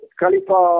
Kalifa